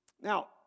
Now